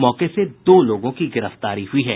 मौके से दो लोगों की गिरफ्तारी हुई है